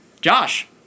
josh